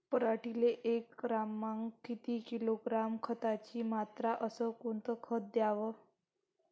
पराटीले एकरामागं किती किलोग्रॅम खताची मात्रा अस कोतं खात द्याव?